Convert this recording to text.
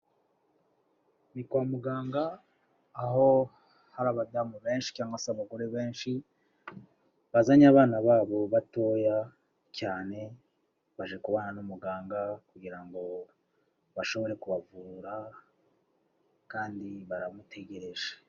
Ni kwa muganga, aho hari abadamu benshi cyangwa se abagore benshi, bazanye abana babo batoya cyane, baje kubonana n'umuganga kugira ngo bashobore kubavura kandi baramutegereje.